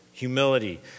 Humility